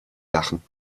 lachen